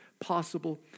possible